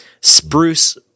Spruce